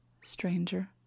Stranger